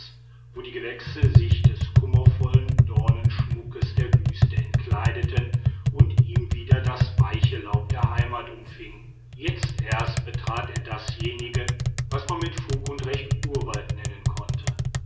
wo die gewächse sich des kummervollen dornschmuckes der wüste entkleideten und ihn wieder das weiche laub der heimat umfing jetzt erst betrat er dasjenige was man mit fug und recht urwald nennen konnte